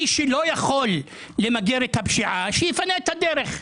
מי שלא יכול למגר את הפשיעה שיפנה את הדרך.